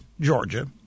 Georgia